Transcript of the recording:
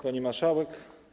Pani Marszałek!